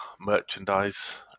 merchandise